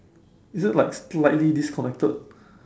is it like slightly disconnected